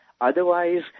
Otherwise